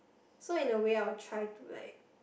so in a way I'll try to like